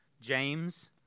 James